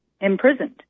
imprisoned